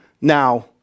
now